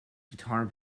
guitar